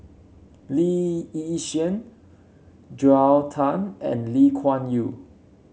Lee Yi Shyan Joel Tan and Lee Kuan Yew